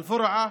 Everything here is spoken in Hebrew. אל-פורעה,